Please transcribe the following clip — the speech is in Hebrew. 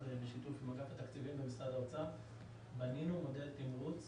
בשיתוף עם אגף התקציבים במשרד האוצר בנינו מודל תמרוץ